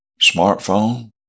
smartphone